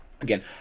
Again